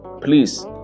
please